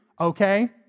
Okay